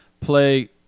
play